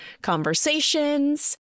conversations